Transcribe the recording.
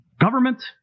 government